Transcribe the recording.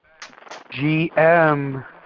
GM